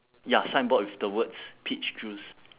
ya signboard with the words peach juice